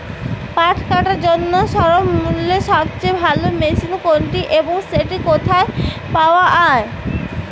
পাট কাটার জন্য স্বল্পমূল্যে সবচেয়ে ভালো মেশিন কোনটি এবং সেটি কোথায় পাওয়া য়ায়?